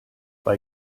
bei